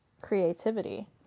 creativity